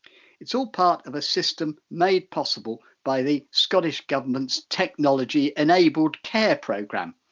it's all part of a system made possible by the scottish government's technology enabled care programme.